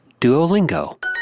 Duolingo